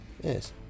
Yes